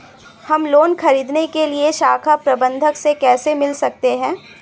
हम लोन ख़रीदने के लिए शाखा प्रबंधक से कैसे मिल सकते हैं?